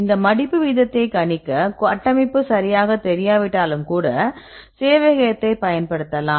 இந்த மடிப்பு வீதத்தை கணிக்க கட்டமைப்பு சரியாக தெரியாவிட்டாலும் கூட சேவையகத்தைப் பயன்படுத்தலாம்